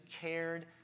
cared